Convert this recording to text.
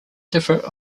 differ